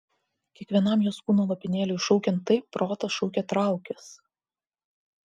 kiekvienam jos kūno lopinėliui šaukiant taip protas šaukė traukis